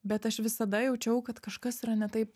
bet aš visada jaučiau kad kažkas yra ne taip